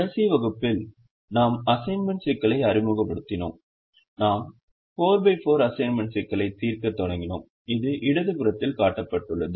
கடைசி வகுப்பில் நாம் அசைன்மென்ட் சிக்கலை அறிமுகப்படுத்தினோம் நாம் 44 அசைன்மென்ட் சிக்கலைத் தீர்க்கத் தொடங்கினோம் இது இடது புறத்தில் காட்டப்பட்டுள்ளது